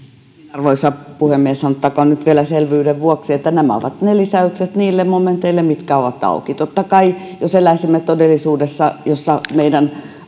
arvoisa puhemies sanottakoon nyt vielä selvyyden vuoksi että nämä ovat ne lisäykset niille momenteille mitkä ovat auki totta kai jos eläisimme todellisuudessa jossa meidän oppositiolla